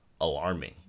alarming